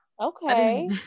Okay